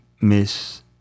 miss